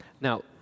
Now